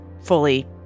fully